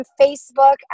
Facebook